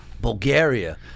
Bulgaria